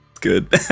Good